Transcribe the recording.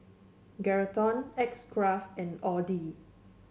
Geraldton X Craft and Audi